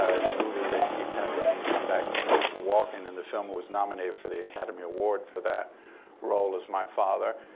ah in the movie, they keep having him come back to christopher walken in the film who was nominated for the academy award for that role as my father.